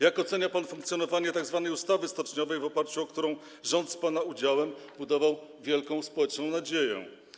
Jak ocenia pan funkcjonowanie tzw. ustawy stoczniowej, w oparciu o którą rząd z pana udziałem budował wielką społeczną nadzieję?